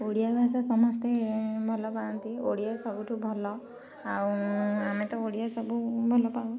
ଓଡ଼ିଆ ଭାଷା ସମସ୍ତେ ଭଲ ପାଆନ୍ତି ଓଡ଼ିଆ ସବୁଠୁ ଭଲ ଆଉ ଆମେ ତ ଓଡ଼ିଆ ସବୁ ଭଲ ପାଉ